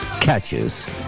catches